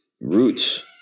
roots